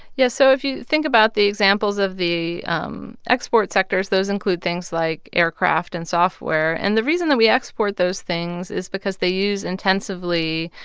yeah. so if you think about the examples of the um export sectors, those include things like aircraft and software. and the reason that we export those things is because they use intensively